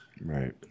Right